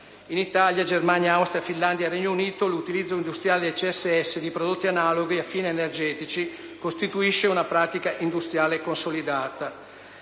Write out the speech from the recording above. In Italia, Germania, Austria, Finlandia e Regno Unito l'utilizzo industriale del CSS e di prodotti analoghi a fini energetici costituisce una pratica industriale consolidata.